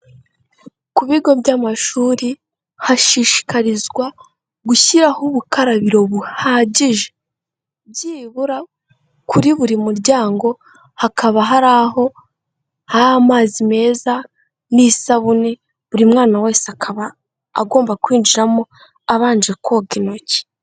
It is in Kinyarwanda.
Ku bigo by'amashuri hashishikarizwa gushyiraho ubukarabiro buhagije, byibura kuri buri muryango hakaba hari aho hari amazi meza n'isabune, buri mwana wese akaba agomba kwinjiramo abanje koga intoki.